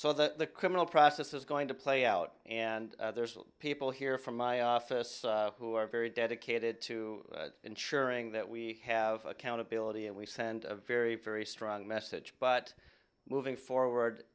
so that the criminal process is going to play out and people hear from my office who are very dedicated to ensuring that we have accountability and we send a very very strong message but moving forward